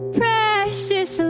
precious